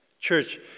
Church